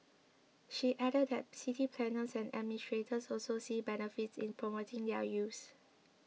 she added that city planners and administrators also see benefits in promoting their use